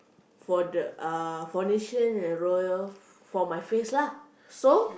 for the uh foundation and l'oreal for my face lah so